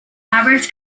average